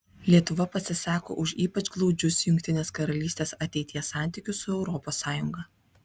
lietuva pasisako už ypač glaudžius jungtinės karalystės ateities santykius su europos sąjunga